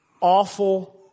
awful